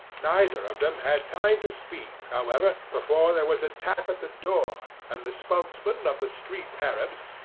neither of them had time to speak, however, before there was a tap at the door, and the spokesman of the street arabs,